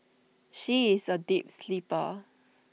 she is A deep sleeper